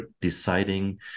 deciding